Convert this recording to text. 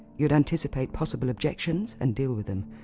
you'd anticipate possible objections and deal with them,